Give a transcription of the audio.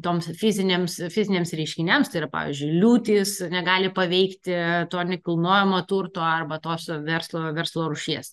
toms fizinėms fiziniams reiškiniams tai yra pavyzdžiui liūtys negali paveikti to nekilnojamo turto arba tos verslo verslo rūšies